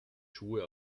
schuhe